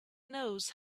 knows